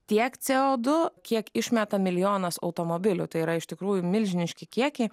tiek co du kiek išmeta milijonas automobilių tai yra iš tikrųjų milžiniški kiekiai